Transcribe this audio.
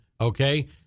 okay